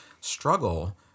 struggle